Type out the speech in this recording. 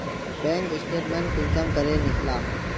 Bank statement कुंसम करे निकलाम?